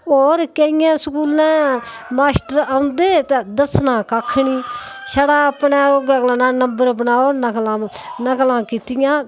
होर केइयें स्कूलें मास्टर औंदे ते दस्सना कक्ख निं छड़ा अपनै उ'ऐ नंबर बनाई ओड़ने नकलां कीतियां